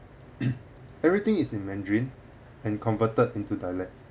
everything is in mandarin and converted into dialect